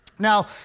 Now